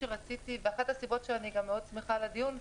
אחת הסיבות שאני שמחה מאוד על הדיון,